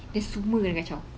then semua kena kacau